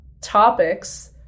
topics